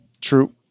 True